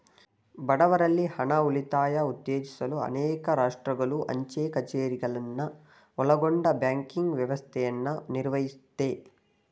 ಬಡವ್ರಲ್ಲಿ ಹಣ ಉಳಿತಾಯ ಉತ್ತೇಜಿಸಲು ಅನೇಕ ರಾಷ್ಟ್ರಗಳು ಅಂಚೆ ಕಛೇರಿಗಳನ್ನ ಒಳಗೊಂಡ ಬ್ಯಾಂಕಿಂಗ್ ವ್ಯವಸ್ಥೆಯನ್ನ ನಿರ್ವಹಿಸುತ್ತೆ